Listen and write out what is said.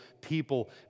people